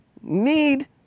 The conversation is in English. need